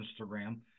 Instagram